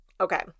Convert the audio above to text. Okay